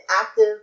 active